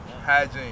Hygiene